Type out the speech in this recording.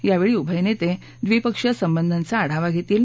यावेळी उभय नेते द्विपक्षीय संबंधांचा आढावा घेतील